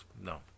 No